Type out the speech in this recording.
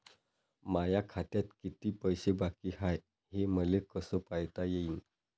माया खात्यात किती पैसे बाकी हाय, हे मले कस पायता येईन?